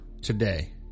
today